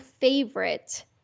favorite